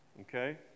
Okay